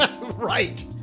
Right